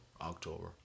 October